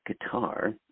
guitar